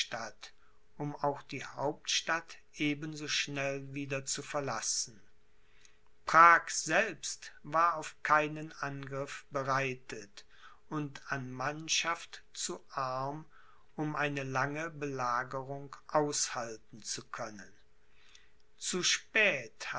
um auch die hauptstadt eben so schnell wieder zu verlassen prag selbst war auf keinen angriff bereitet und an mannschaft zu arm um eine lange belagerung aushalten zu können zu spät